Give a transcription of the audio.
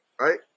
right